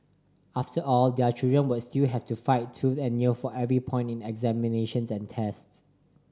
after all their children would still have to fight tooth and nail for every point in examinations and tests